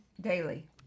Daily